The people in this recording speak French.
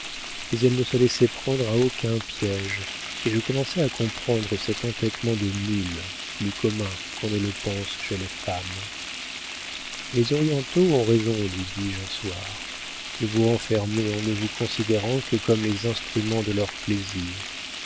mais elle ne se laissait prendre à aucun piége et je commençais à comprendre cet entêtement de mule plus commun qu'on ne le pense chez les femmes les orientaux ont raison lui dis-je un soir de vous renfermer en ne vous considérant que comme les instruments de leurs plaisirs